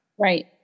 right